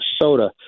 Minnesota